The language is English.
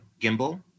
gimbal